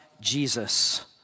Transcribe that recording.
Jesus